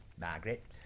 Margaret